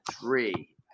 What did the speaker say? three